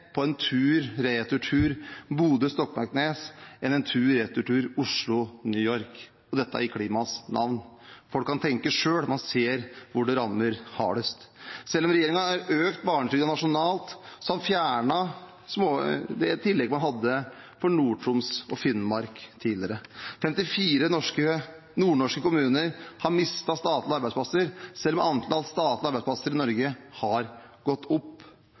på en tur-retur-tur Bodø–Stokmarknes enn på en tur-retur-tur Oslo–New York, og dette i klimaets navn. Folk kan tenke selv når man ser hvor det rammer hardest. Selv om regjeringen har økt barnetrygden nasjonalt, har de fjernet det tillegget man hadde for Nord-Troms og Finnmark tidligere. 54 nordnorske kommuner har mistet statlige arbeidsplasser selv om antall statlige arbeidsplasser i Norge har gått opp,